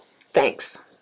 Thanks